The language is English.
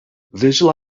visual